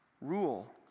Rule